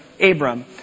Abram